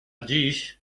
dziś